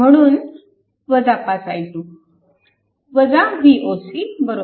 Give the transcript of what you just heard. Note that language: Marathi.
म्हणून 5 i2 Voc 0